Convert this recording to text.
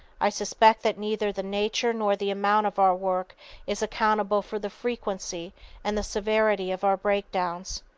i suspect that neither the nature nor the amount of our work is accountable for the frequency and the severity of our breakdowns,